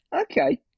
Okay